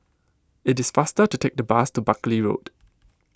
it is faster to take the bus to Buckley Road